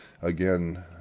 again